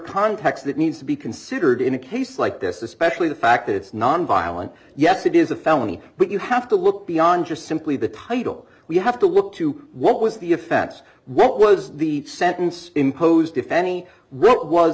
context that needs to be considered in a case like this especially the fact that it's nonviolent yes it is a felony but you have to look beyond just simply the title we have to look to what was the offense what was the sentence imposed if any